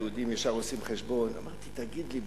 יהודים ישר עושים חשבון: תגיד לי,